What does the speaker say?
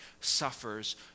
suffers